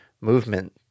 movement